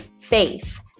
faith